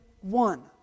one